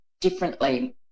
differently